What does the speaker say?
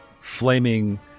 flaming